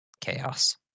Chaos